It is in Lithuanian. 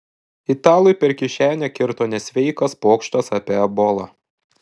italui per kišenę kirto nesveikas pokštas apie ebolą